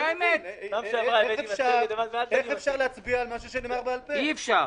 אני לא מבין איך אפשר להצביע על משהו שנאמר בעל פה.